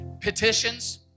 Petitions